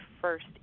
first